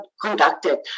conducted